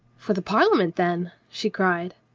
for the parliament, then? she cried.